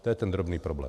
To je ten drobný problém.